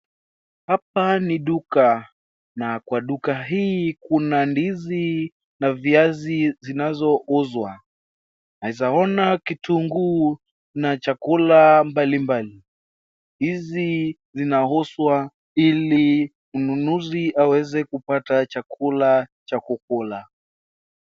Hapa ni duka na kwa duka hii kuna ndizi na viazi zinazouzwa. Naeza ona kitunguu na chakula mbalimbali, hizi zinauzwa ili mnunuzi aweze kupata chakula cha kukula.